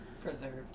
Preserved